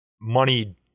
money